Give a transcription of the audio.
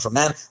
man